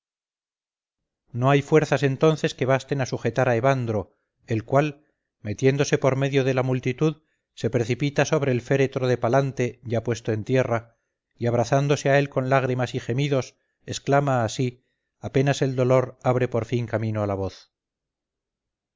no hay fuerzas entonces que basten a sujetar a evandro el cual metiéndose por medio de la multitud se precipita sobre el féretro de palante ya puesto en tierra y abrazándose a él con lágrimas y gemidos exclama así apenas el dolor abre por fin camino a la voz